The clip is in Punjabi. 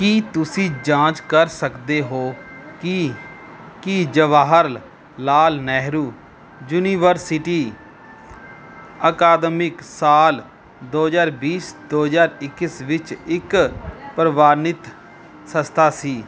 ਕੀ ਤੁਸੀਂ ਜਾਂਚ ਕਰ ਸਕਦੇ ਹੋ ਕਿ ਕੀ ਜਵਾਹਰ ਲਾਲ ਨਹਿਰੂ ਯੂਨੀਵਰਸਿਟੀ ਅਕਾਦਮਿਕ ਸਾਲ ਦੋ ਹਜ਼ਾਰ ਬੀਸ ਦੋ ਹਜ਼ਾਰ ਇਕੀਸ ਵਿੱਚ ਇੱਕ ਪ੍ਰਵਾਨਿਤ ਸੰਸਥਾ ਸੀ